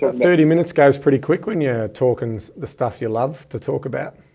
but thirty minutes guys pretty quick when you're talking the stuff you love to talk about.